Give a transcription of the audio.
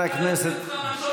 לא,